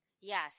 Yes